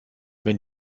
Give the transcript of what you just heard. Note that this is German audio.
wenn